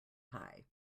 pie